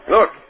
Look